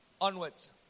onwards